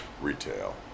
retail